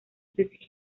chris